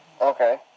Okay